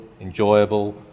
enjoyable